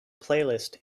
playlist